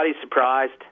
surprised